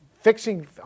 fixing